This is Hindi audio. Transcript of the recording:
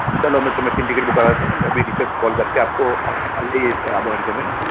चलो मैं तुम्हें तीन टिकट बुक करा देता हूँ मैं अभी नीचे कॉल करके आपको आप आ जाइए आधे घंटे में ना